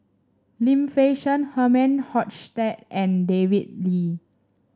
Lim Fei Shen Herman Hochstadt and David Lee